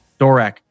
Dorak